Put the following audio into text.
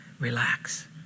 Relax